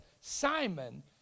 Simon